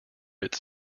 its